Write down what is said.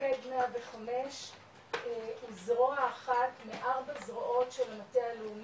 מוקד 105 הוא זרוע אחת מארבע זרועות של המטה הלאומי,